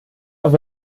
auf